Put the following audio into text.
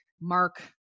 mark